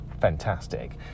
fantastic